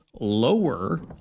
lower